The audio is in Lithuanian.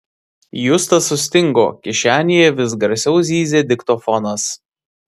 justas sustingo kišenėje vis garsiau zyzė diktofonas